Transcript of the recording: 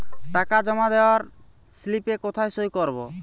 টাকা জমা দেওয়ার স্লিপে কোথায় সই করব?